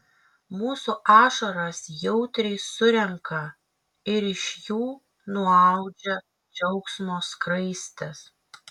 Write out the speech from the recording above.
mūsų ašaras jautriai surenka ir iš jų nuaudžia džiaugsmo skraistes